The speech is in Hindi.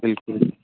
बिल्कुल